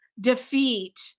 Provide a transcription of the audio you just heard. defeat